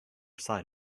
side